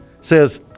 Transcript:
says